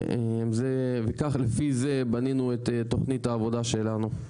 וכך, לפי זה בנינו את תוכנית העבודה שלנו.